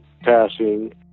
passing